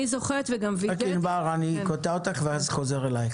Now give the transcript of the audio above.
אני קוטע אותך וחוזר אליך